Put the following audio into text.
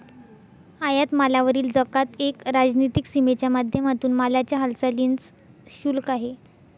आयात मालावरील जकात एक राजनीतिक सीमेच्या माध्यमातून मालाच्या हालचालींच शुल्क आहे